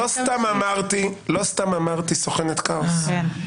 שלנו הרי לא מסתובבים עם איזושהי חגורת הגנה,